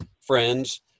friends